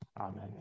Amen